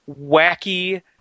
wacky